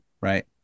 right